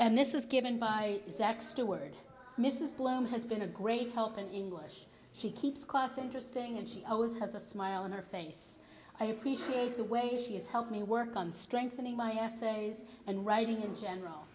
and this was given by zach steward mrs blum has been a great help in english she keeps class interesting and she always has a smile on her face i appreciate the way she has helped me work on strengthening my essays and writing in general